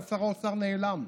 אבל שר האוצר נעלם.